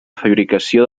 fabricació